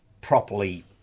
properly